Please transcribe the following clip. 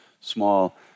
small